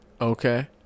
Okay